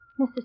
Mrs